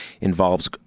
involves